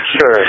Sure